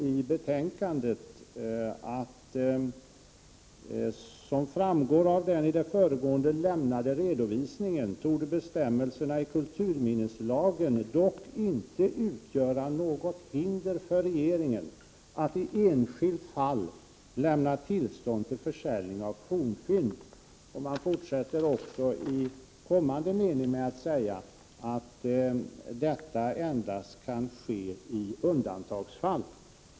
I betänkandet står: ”Som framgår av den i det föregående lämnade redovisningen torde bestämmelserna i kulturminneslagen dock inte utgöra något hinder för regeringen att i ett enskilt fall lämna tillstånd till försäljning av fornfynd”. I kommande mening sägs att detta endast kan ske ”i undantagsfall”.